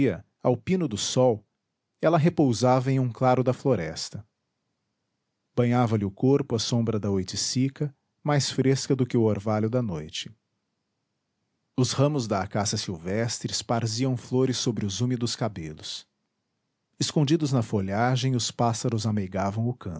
dia ao pino do sol ela repousava em um claro da floresta banhava lhe o corpo a sombra da oiticica mais fresca do que o orvalho da noite os ramos da acácia silvestre esparziam flores sobre os úmidos cabelos escondidos na folhagem os pássaros ameigavam